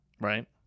right